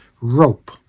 rope